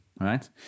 right